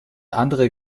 andere